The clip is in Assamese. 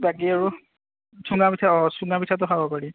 বাকী আৰু চুঙা পিঠা অ চুঙা পিঠাটো খাব পাৰি